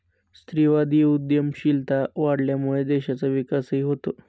स्त्रीवादी उद्यमशीलता वाढल्यामुळे देशाचा विकासही होतो